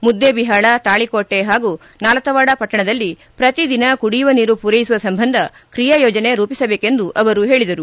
ಮುದ್ದೇಬಿಹಾಳ ತಾಳಿಕೋಟೆ ಹಾಗೂ ನಾಲತವಾಡ ಪಟ್ಟಣದಲ್ಲಿ ಪ್ರತಿದಿನ ಕುಡಿಯುವ ನೀರು ಪೂರೈಸುವ ಸಂಬಂಧ ಕ್ರಿಯಾ ಯೋಜನೆ ರೂಪಿಸಬೇಕೆಂದು ಅವರು ಹೇಳಿದರು